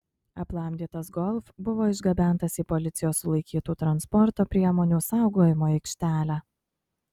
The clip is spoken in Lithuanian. aplamdytas golf buvo išgabentas į policijos sulaikytų transporto priemonių saugojimo aikštelę